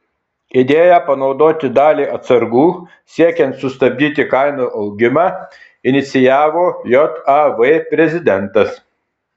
idėją panaudoti dalį atsargų siekiant sustabdyti kainų augimą inicijavo jav prezidentas